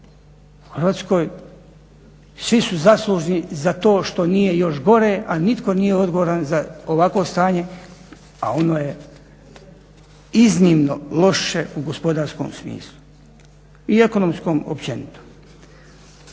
U Hrvatskoj svi su zaslužni za to što nije još gore, a nitko nije odgovoran za ovakvo stanje, a ono je iznimno loše u gospodarskom smislu i ekonomskom općenito.